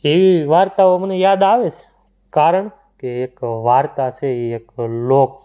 એવી વાર્તાઓ મને યાદ આવે છે કારણ કે એક વાર્તા છે એ એક લોક